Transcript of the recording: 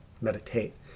meditate